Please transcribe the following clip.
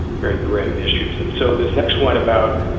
very grim issues. and so this next one about,